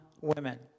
women